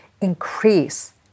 increase